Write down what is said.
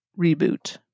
reboot